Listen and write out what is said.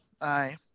Aye